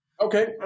Okay